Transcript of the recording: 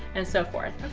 and so forth.